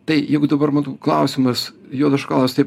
tai jeigu dabar būtų klausimas juodas šokoladas tai